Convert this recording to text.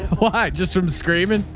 why? just from screaming.